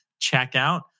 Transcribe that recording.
checkout